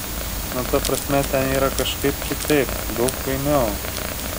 nu ta prasme ten yra kažkaip kitaip daug fainiau